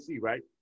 right